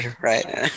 right